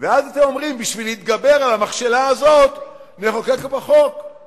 פעמיים, על-פי החוק שמוצע פה היום בכנסת: